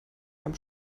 beim